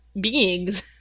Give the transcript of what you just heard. beings